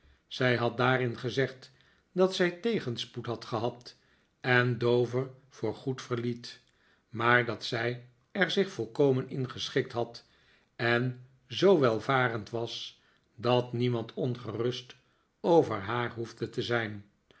zij had daarin gezegd dat zij tegenspoed had gehad en dover voor goed verliet maar dat zij er zich volkomen in geschikt had en zoo welvarend was dat niemand ongerust over haar hoefde te zijn